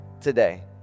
today